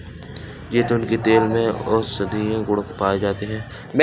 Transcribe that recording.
जैतून के तेल में औषधीय गुण पाए जाते हैं